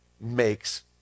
makes